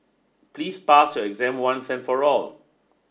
please pass your exam once and for all